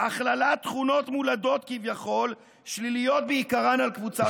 הכללת תכונות מולדות כביכול ושליליות בעיקרן על קבוצה שלמה.